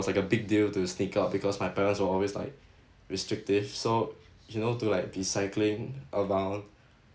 like a big deal to sneak out because my parents are always like restrictive so you know to like be cycling around